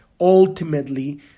Ultimately